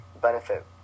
benefit